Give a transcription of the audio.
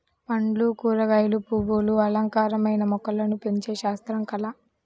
పండ్లు, కూరగాయలు, పువ్వులు అలంకారమైన మొక్కలను పెంచే శాస్త్రం, కళ